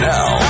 Now